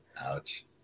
ouch